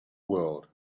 world